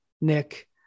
Nick